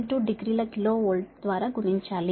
72 డిగ్రీల kilovolt ద్వారా గుణించాలి